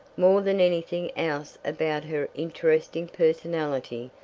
more than anything else about her interesting personality,